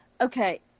okay